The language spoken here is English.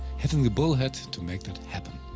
having the bullhead to make that happen.